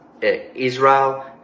Israel